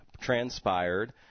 transpired